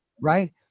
right